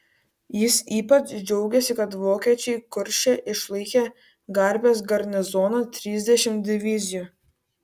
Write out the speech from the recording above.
jis ypač džiaugėsi kad vokiečiai kurše išlaikė garbės garnizoną trisdešimt divizijų